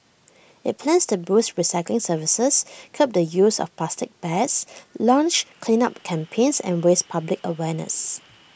IT plans to boost recycling services curb the use of plastic bags launch cleanup campaigns and raise public awareness